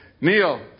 Neil